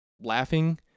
laughing